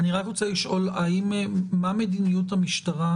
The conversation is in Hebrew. סגן השר לביטחון הפנים יואב סגלוביץ':